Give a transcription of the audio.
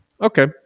okay